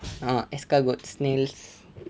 oo escargot snails